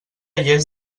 lles